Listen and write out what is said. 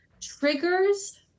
triggers